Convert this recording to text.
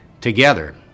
together